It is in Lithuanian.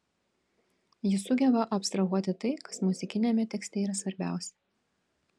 ji sugeba abstrahuoti tai kas muzikiniame tekste yra svarbiausia